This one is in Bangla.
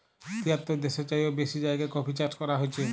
তিয়াত্তর দ্যাশের চাইয়েও বেশি জায়গায় কফি চাষ ক্যরা হছে